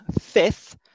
fifth